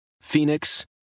Phoenix